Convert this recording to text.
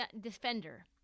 defender